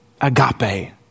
Agape